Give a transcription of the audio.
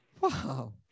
Wow